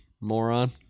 moron